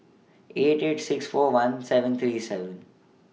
eight eight six four one seven three seven